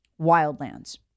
Wildlands